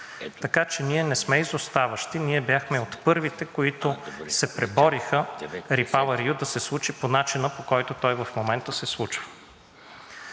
така че ние не сме изоставащи. Ние бяхме от първите, които се пребориха REPowerEU да се случи по начина, по който той в момента се случва.